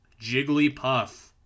Jigglypuff